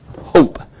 hope